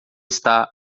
está